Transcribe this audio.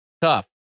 tough